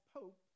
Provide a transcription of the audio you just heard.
Pope